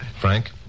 Frank